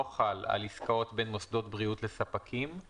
חל על עסקאות בין מוסדות בריאות לספקים,